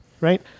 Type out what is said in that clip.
right